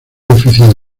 oficial